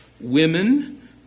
Women